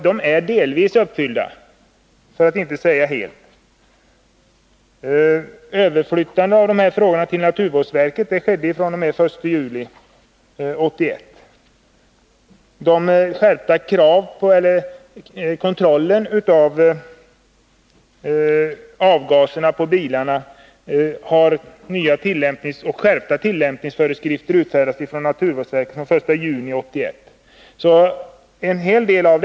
De är delvis — för att inte säga helt — uppfyllda. fr.o.m. den 1 juli 1981 flyttades dessa frågor över till naturvårdsverket. För kontrollen av avgaserna på bilarna har nya och skärpta tillämpningsföreskrifter utfärdats av naturvårdsverket från den 1 juni 1981.